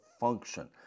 function